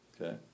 okay